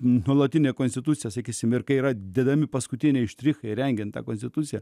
nuolatinę konstitucijos akimirką yra dedami paskutiniai štrichai rengiant konstituciją